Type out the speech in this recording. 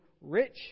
rich